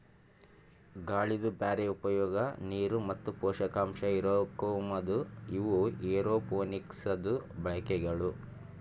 ಗಾಳಿದು ಬ್ಯಾರೆ ಉಪಯೋಗ, ನೀರು ಮತ್ತ ಪೋಷಕಾಂಶ ಹಿರುಕೋಮದು ಇವು ಏರೋಪೋನಿಕ್ಸದು ಬಳಕೆಗಳು